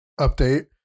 update